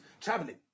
traveling